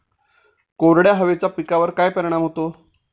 कोरड्या हवेचा पिकावर काय परिणाम होतो?